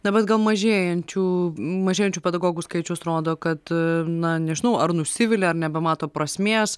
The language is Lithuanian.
na bet gal mažėjančių mažėjančių pedagogų skaičius rodo kad na nežinau ar nusivilia ar nebemato prasmės